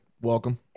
welcome